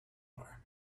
bar